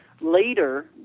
later